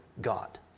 God